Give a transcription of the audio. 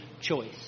choice